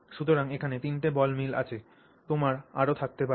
সুতরাং এখানে 3 টি বল মিল আছে তোমার আরও থাকতে পারে